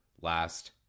Last